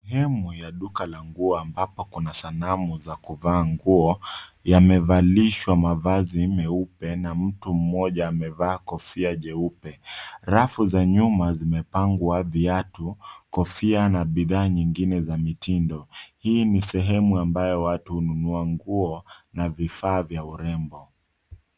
Sehemu ya duka la nguo ambapo kuna sanamu za kuvaa nguo yamevalishwa mavazi meupe na mtu mmoja amevaa kofia jeupe. Rafu za nyuma zimepangwa viatu, kofia na bidhaa nyingine za mitindo. Hii ni sehemu ambayo watu hununua nguo na vifaa vya urembo.